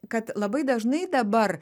kad labai dažnai dabar